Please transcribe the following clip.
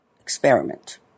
experiment